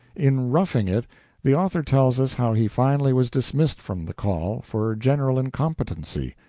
in roughing it the author tells us how he finally was dismissed from the call for general incompetency,